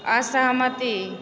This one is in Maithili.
असहमति